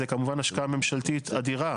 זה כמובן השקעה ממשלתית אדירה